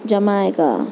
jamaica